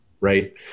Right